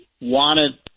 wanted